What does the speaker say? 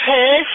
Hey